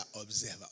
Observer